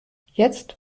jetzt